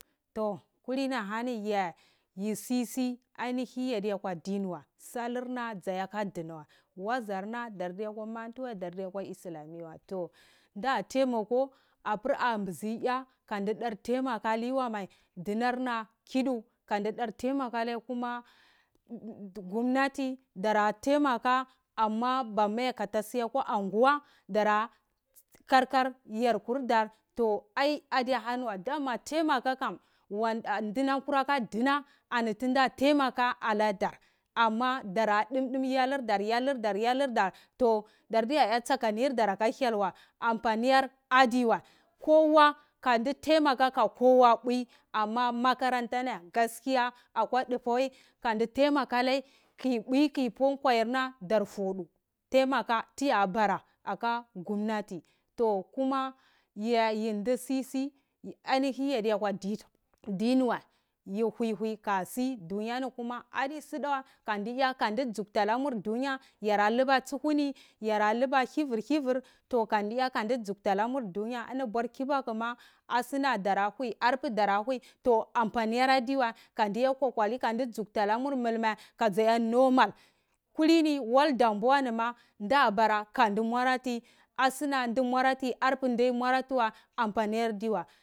Toh kulini hani ye, yi se se yade kwa diniwa ye salirna sade kadina wa, wazarna dared kwa mandawa dared kwa islamiyawa to da temako a abir aboso ya temakale dinarna kidu gumushi a si kwa anguwa dara karkar yankurdir, ai adehaniwa dunam kuraka dina ani temaka ala dar, dara dumdum yelardor, dar yalidar amfani dar'de ya ka hyelwa, amfani kani, temeka ka kowa, buwe makarantani gaskiya ki buwa ki pu kuwayarna, dar fodu temaka ye yin de sisi diniwa yi uhuwe kuwe duniyani di sidawa kani jukti namur dunya kayar liba tsuhuni, yara luba hifir hifir, to kani juktinamer uniya ni kibaku dara hue arbama dara hue kani juktinanur molme kulni wal damboani a kabaja normal da bara karta murati asuna tu nurati arbe dati une morati wa amfani yardiwa